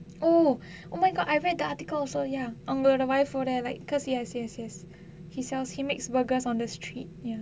oh oh my god I read the article so ya அவங்களோட:avangaloda wife ஓட:oda like because yes yes yes he sells he makes burger on the street